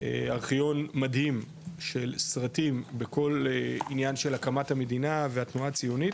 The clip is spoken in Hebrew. ארכיון מדהים של סרטים בכל עניין של הקמת המדינה והתנועה הציונית